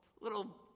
little